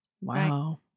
Wow